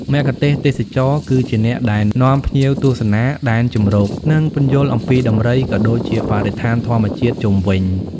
មគ្គុទ្ទេសក៍ទេសចរ គឺជាអ្នកដែល នាំភ្ញៀវទស្សនា ដែនជម្រក និង ពន្យល់អំពីដំរី ក៏ដូចជា បរិស្ថានធម្មជាតិ ជុំវិញ។